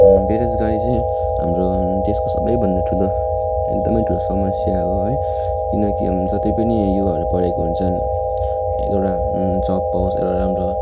बेरोजगारी चाहिँ हाम्रो देशको सबैभन्दा ठुलो एकदमै ठुलो समस्या हो है किनकि जति पनि युवाहरू पढेको हुन्छन् एउटा जब पाओस् एउटा राम्रो